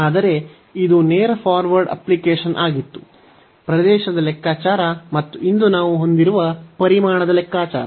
ಆದರೆ ಇದು ನೇರ ಫಾರ್ವರ್ಡ್ ಅಪ್ಲಿಕೇಶನ್ ಆಗಿತ್ತು ಪ್ರದೇಶದ ಲೆಕ್ಕಾಚಾರ ಮತ್ತು ಇಂದು ನಾವು ಹೊಂದಿರುವ ಪರಿಮಾಣದ ಲೆಕ್ಕಾಚಾರ